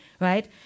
right